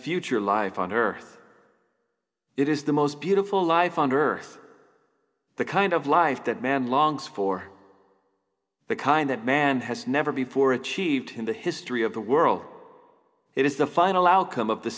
future life on earth it is the most beautiful life on earth the kind of life that man longs for the kind that man has never before achieved in the history of the world it is the final outcome of the